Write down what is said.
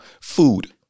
Food